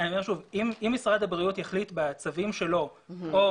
אם משרד הבריאות יחליט בצווים שלו או